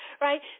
Right